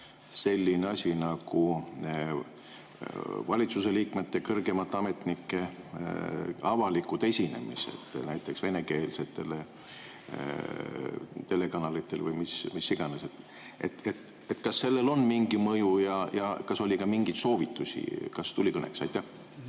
selline asi nagu valitsuse liikmete ja kõrgemate ametnike avalikud esinemised näiteks venekeelsetele telekanalitele või mis iganes? Kas sellel on mingi mõju ja kas oli ka mingeid soovitusi? Kas tuli kõneks? Aitäh,